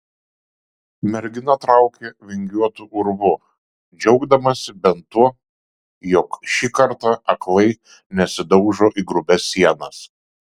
mergina traukė vingiuotu urvu džiaugdamasi bent tuo jog šį kartą aklai nesidaužo į grubias sienas